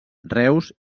reus